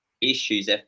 issues